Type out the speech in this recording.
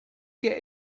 get